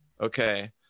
okay